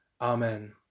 Amen